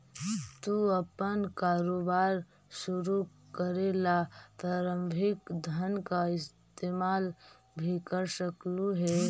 तू अपन कारोबार शुरू करे ला प्रारंभिक धन का इस्तेमाल भी कर सकलू हे